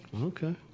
Okay